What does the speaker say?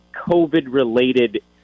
COVID-related